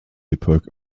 epoch